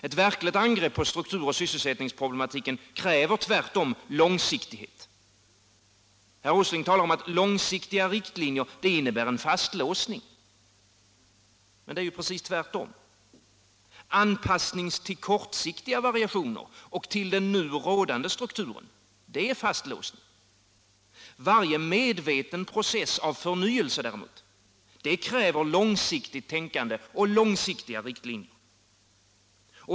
Ett verkligt angrepp på struktur och sysselsättningsproblematiken kräver tvärtom långsiktighet. Herr Åsling talar om att långsiktiga riktlinjer innebär en fastlåsning. Men det är ju precis tvärtom! Anpassning till kortsiktiga variationer och till den nu rådande strukturen, det är fastlåsning. Varje medveten process av förnyelse, däremot, kräver långsiktigt tänkande och långsiktiga riktlinjer.